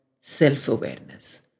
Self-awareness